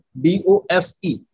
D-O-S-E